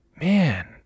man